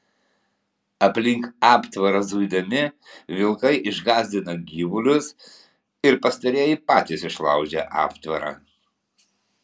aplink aptvarą zuidami vilkai išgąsdina gyvulius ir pastarieji patys išlaužia aptvarą